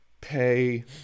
pay